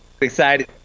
Excited